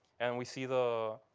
and we see the